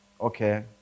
okay